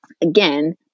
again